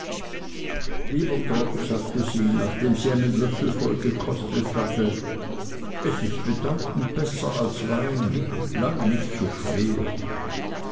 lieber trot sagte sie nachdem sie einen löffel voll gekostet hatte es ist bedeutend besser als wein lange nicht so schwer